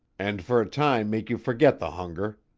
and for a time make you forget the hunger.